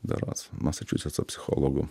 berods masačusetso psichologų